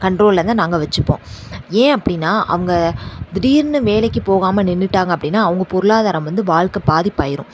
கண்ட்ரோலில் தான் நாங்கள் வெச்சுப்போம் ஏன் அப்படின்னா அவங்க திடீர்னு வேலைக்கு போகாமல் நின்றுட்டாங்க அப்படின்னா அவங்க பொருளாதாரம் வந்து வாழ்க்கை பாதிப்பாயிடும்